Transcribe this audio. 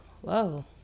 whoa